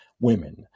women